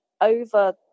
over